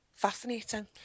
fascinating